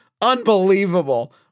Unbelievable